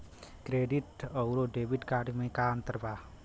Credit अउरो debit card मे का अन्तर बा?